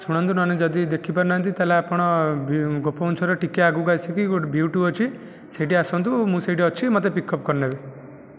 ଶୁଣନ୍ତୁ ନହେଲେ ଯଦି ଦେଖି ପାରୁନାହାନ୍ତି ତା'ହେଲେ ଆପଣ ଗୋପବନ୍ଧୁ ଛକର ଟିକିଏ ଆଗକୁ ଆସିକି ଗୋଟିଏ ଭି ଟୁ ଅଛି ସେଠି ଆସନ୍ତୁ ମୁଁ ସେଇଠି ଅଛି ମୋତେ ପିକ୍ ଅପ୍ କରିନେବେ